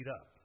up